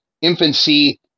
infancy